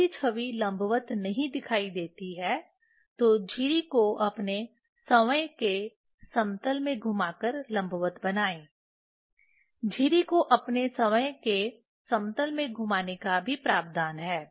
यदि छवि लंबवत नहीं दिखाई देती है तो झिरी को अपने स्वयं के समतल में घुमाकर लंबवत बनाएं झिरी को अपने स्वयं के समतल में घुमाने का भी प्रावधान है